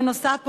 בנוסף,